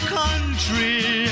country